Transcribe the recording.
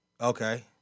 Okay